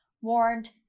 warned